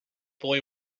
boy